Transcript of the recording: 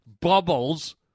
bubbles